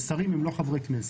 ששרים הם לא חברי כנסת.